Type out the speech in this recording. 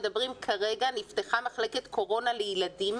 כרגע בימים האחרונים נפתחה מחלקת קורונה לילדים.